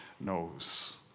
knows